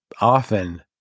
often